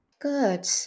Good